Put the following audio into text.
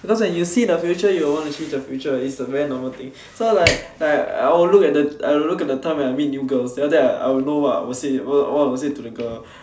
because if you see the future you will want to change the future is a very normal thing so like like I'll look I'll look at the time when I meet new girls then after that I will know what I'll say what I'll say to the girl